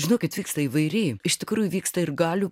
žinokit vyksta įvairiai iš tikrųjų vyksta ir galių